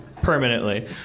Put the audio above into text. Permanently